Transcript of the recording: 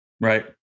Right